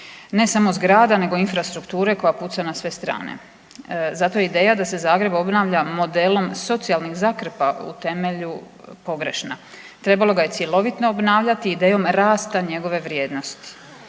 ne samo zgrada, nego infrastrukture koja puca na sve strane. Zato je ideja da se Zagreb obnavlja modelom socijalnih zakrpa u temelju pogrešna. Trebalo ga je cjelovito obnavljati idejom rasta njegove vrijednosti